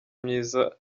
myiza